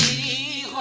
e.